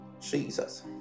Jesus